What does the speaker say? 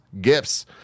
Gifts